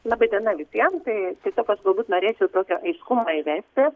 laba diena visiem tai tiesiog aš galbūt norėčiau tokio aiškumo įvesti